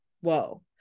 whoa